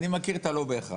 אני מכיר את הלא בהכרח.